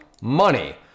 money